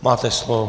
Máte slovo.